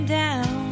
down